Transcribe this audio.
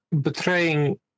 betraying